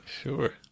sure